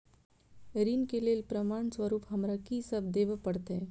ऋण केँ लेल प्रमाण स्वरूप हमरा की सब देब पड़तय?